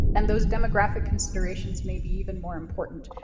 and those demographic considerations may be even more important.